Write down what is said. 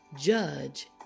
Judge